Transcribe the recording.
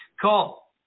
Call